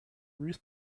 ruth